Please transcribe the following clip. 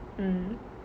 mm